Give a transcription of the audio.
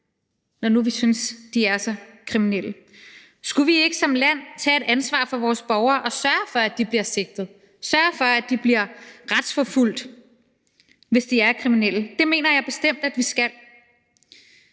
når nu vi synes de er så kriminelle. Skulle vi ikke som land tage et ansvar for vores borgere og sørge for, at de bliver sigtet, sørge for, at de bliver retsforfulgt, hvis de er kriminelle? Det mener jeg bestemt at vi skal.